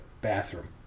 bathroom